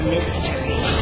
Mystery